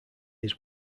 his